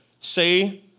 Say